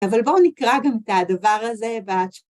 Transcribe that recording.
אבל בואו נקרא גם את הדבר הזה ב...